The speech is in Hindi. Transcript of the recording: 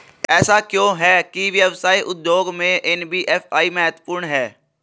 ऐसा क्यों है कि व्यवसाय उद्योग में एन.बी.एफ.आई महत्वपूर्ण है?